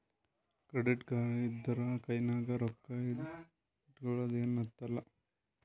credit card ಇದ್ದೂರ ಕೈನಾಗ್ ರೊಕ್ಕಾ ಇಟ್ಗೊಳದ ಏನ್ ಹತ್ತಲಾ